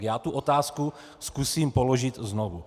Já tu otázku zkusím položit znovu.